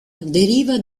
deriva